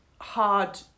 hard